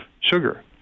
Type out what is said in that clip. sugar